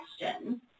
question